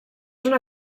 una